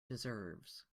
deserves